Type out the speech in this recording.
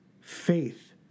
faith